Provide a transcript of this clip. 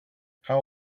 how